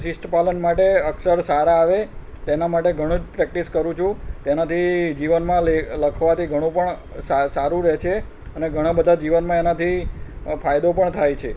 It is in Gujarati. શિષ્ટ પાલન માટે અક્ષર સારા આવે તેનાં માટે ઘણુ જ પ્રેક્ટિસ કરું છું તેનાંથી જીવનમાં લખવાથી ઘણું પણ સારું રહે છે અને ઘણા બધા જીવનમાં એનાથી ફાયદો પણ થાય છે